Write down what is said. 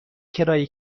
کرایه